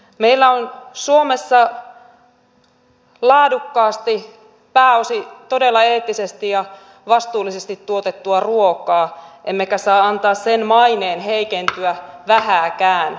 meillä on suomessa laadukkaasti pääosin todella eettisesti ja vastuullisesti tuotettua ruokaa emmekä saa antaa sen maineen heikentyä vähääkään